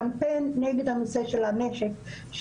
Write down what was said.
קמפיין נגד הנושא של הנשק.